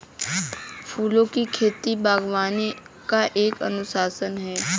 फूलों की खेती, बागवानी का एक अनुशासन है